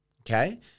okay